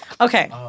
okay